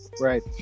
Right